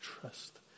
trust